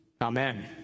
Amen